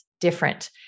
different